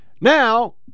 now